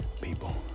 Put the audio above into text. people